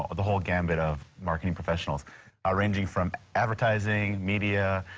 ah the whole gam bet of marketing professionals ah ranging from advertising, media,